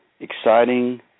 exciting